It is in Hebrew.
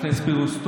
חבר הכנסת פינדרוס,